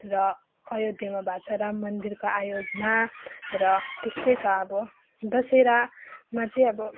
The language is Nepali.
र अयोध्यामा भएको छ राम मन्दिर आयोजना र त्यस्तै छ अब दशहरामा चाहिँ अब